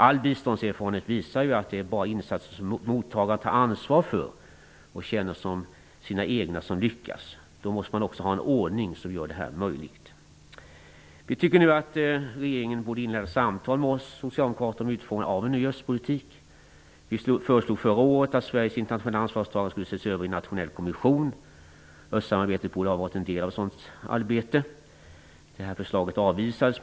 All biståndserfarenhet visar att det bara är insatser som mottagaren tar ansvar för och känner som sina egna som lyckas. Då måste man också ha en ordning som gör detta möjligt. Vi tycker att regeringen nu borde inleda samtal med oss socialdemokrater om utformningen av en ny östpolitik. Vi föreslog förra året att Sveriges internationella ansvarstagande skulle ses över i en nationell kommission. Östsamarbetet borde ha varit en del av ett sådant arbete. Det här förslaget avvisades.